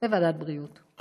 בוועדת הבריאות.